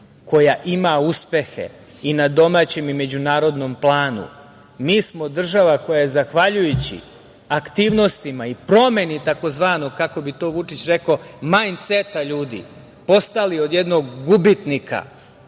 koja ima uspehe i na domaćem i međunarodnom planu. Mi smo država koja zahvaljujući aktivnostima i promeni tzv. kako bi to Vučić rekao majn-seta ljudi, postali od jednog gubitnika,